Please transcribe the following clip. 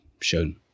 shown